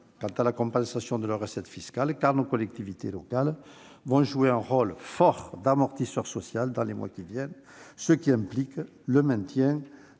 quant à la compensation de leurs recettes fiscales, car nos collectivités locales vont jouer un rôle fort d'amortisseur social dans les mois qui viennent, ce qui implique le maintien